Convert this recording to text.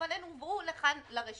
אבל הן הובאו לכאן ברשימה.